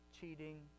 cheating